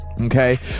Okay